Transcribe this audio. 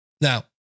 Now